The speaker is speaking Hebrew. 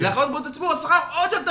וכששכרן של אחיות בריאות הציבור עוד יותר